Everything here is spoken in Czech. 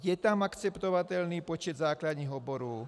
Je tam akceptovatelný počet základních oborů.